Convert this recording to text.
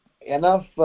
enough